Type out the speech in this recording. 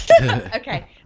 Okay